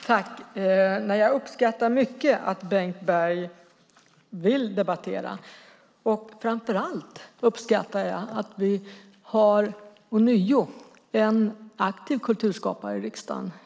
Herr talman! Jag uppskattar mycket att Bengt Berg vill debattera. Framför allt uppskattar jag att vi ånyo har en aktiv kulturskapare i riksdagen.